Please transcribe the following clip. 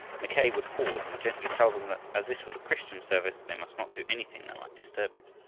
mackay would pause and gently tell them that as this was a christian service they must not do anything that might disturb it.